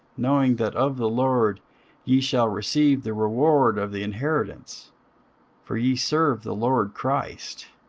knowing that of the lord ye shall receive the reward of the inheritance for ye serve the lord christ.